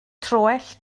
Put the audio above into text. troell